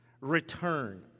return